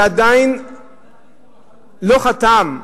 שעדיין לא חתם,